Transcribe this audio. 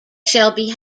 shelby